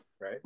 Right